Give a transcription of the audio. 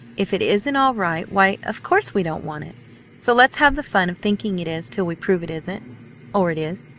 if it isn't all right, why, of course we don't want it so let's have the fun of thinking it is till we prove it isn't or it is.